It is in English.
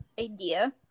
idea